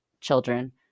children